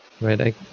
right